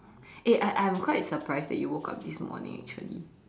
eh I I am quite surprised you woke up this morning actually